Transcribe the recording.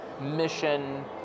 mission